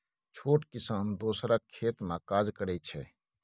छोट किसान दोसरक खेत मे काज करैत छै